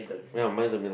mine is in the middle